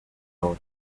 ahora